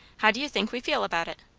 how d'you think we feel about it?